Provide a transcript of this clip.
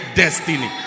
destiny